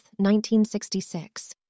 1966